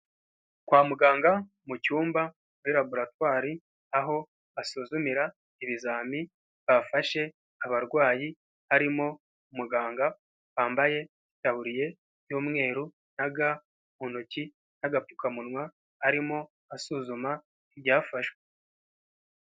Kwa muganga mu cyumba muri laboratoire, aho basuzumira ibizami bafashe abarwayi, harimo umuganga wambaye itaburiye y'umweru na ga mu ntoki n'agapfukamunwa, arimo asuzuma ibyafashwe.